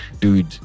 dude